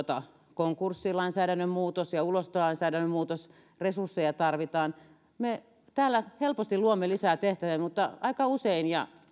konkurssilainsäädännön muutos ja ulosottolainsäädännön muutos resursseja tarvitaan me täällä helposti luomme lisää tehtäviä mutta aika usein ja